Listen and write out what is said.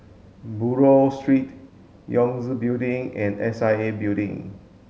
Buroh Street Yangtze Building and S I A Building